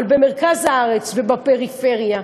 אבל במרכז הארץ, ובפריפריה,